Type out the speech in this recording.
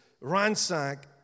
ransack